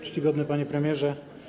Czcigodny Panie Premierze!